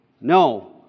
No